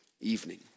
evening